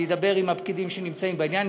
אדבר עם הפקידים שנמצאים בעניין,